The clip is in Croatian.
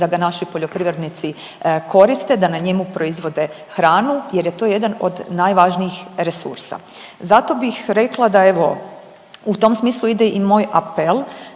da ga naši poljoprivrednici koriste, da na njemu proizvode hranu, jer je to jedan od najvažnijih resursa. Zato bih rekla da evo u tom smislu ide i moj apel